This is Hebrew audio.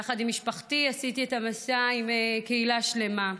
יחד עם משפחתי עשיתי את המסע עם קהילה שלמה.